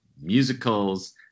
musicals